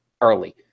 early